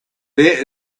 there